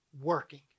working